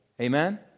Amen